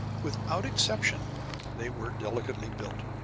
without exception they were delicately built,